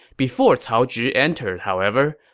before cao zhi entered, however,